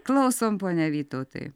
klausom pone vytautai